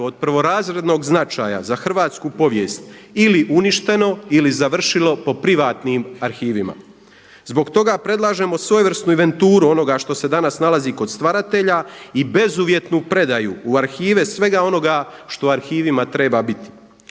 od prvorazrednog značaja za hrvatsku povijest ili uništeno ili završilo po privatnim arhivima. Zbog toga predlažemo svojevrsnu inventuru onoga što se danas nalazi kod stvaratelja i bezuvjetnu predaju u arhive svega onoga što u arhivima treba biti.